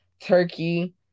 Turkey